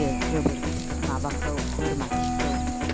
होयो गोबोरखि माबाखौ बोरमा खिखौ